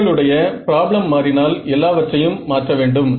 உங்களுடைய பிராப்ளம் மாறினால் எல்லாவற்றையும் மாற்ற வேண்டும்